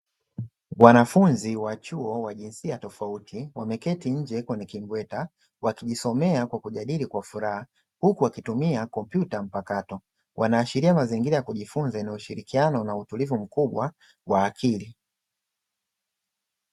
Wanafunzi wa chuo wa jinsia tofauti wameketi nje kwenye kimbweta wakijisomea kwa kujadili kwa furaha, huku wakitumia kompyuta mpakato wanaashiria mazingira yakujifunza yenye utulivu mkubwa wa akili.